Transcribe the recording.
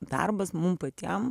darbas mum patiem